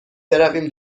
برویم